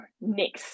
next